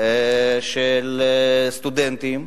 לסטודנטים,